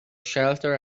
shelter